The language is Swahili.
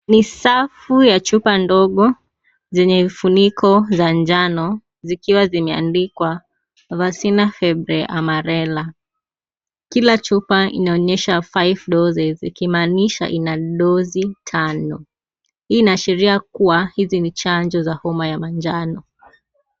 Ni safu ya chupa ndogo zenye vifuniko za njano zikiwa zimeandikwa" Vaccina Febre Amarela". Kila chupa inaonyesha five doses ,ikimaanisha ina dosi tano. Hii inaashiria kuwa hizi ni chanjo za homa ya manjano.